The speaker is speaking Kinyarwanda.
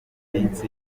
minsi